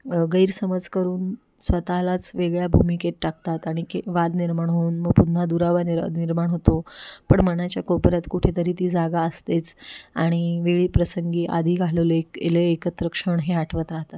गैरसमज करून स्वतःलाच वेगळ्या भूमिकेत टाकतात आणि के वाद निर्माण होऊन मग पुन्हा दुरावा निर निर्माण होतो पण मनाच्या कोपऱ्यात कुठेतरी ती जागा असतेच आणि वेळी प्रसंगी आधी घालवलेले एकत्र क्षण हे आठवत राहतात